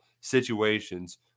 situations